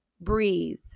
breathe